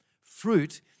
Fruit